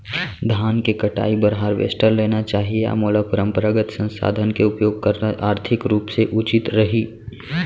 धान के कटाई बर हारवेस्टर लेना चाही या मोला परम्परागत संसाधन के उपयोग करना आर्थिक रूप से उचित रही?